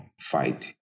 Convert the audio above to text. fight